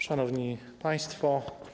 Szanowni Państwo!